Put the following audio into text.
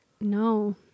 no